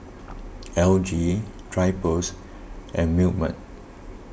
L G Drypers and Milkmaid